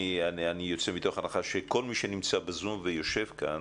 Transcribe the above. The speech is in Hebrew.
אני יוצא מתוך הנחה שכל מי שנמצא בזום ויושב כאן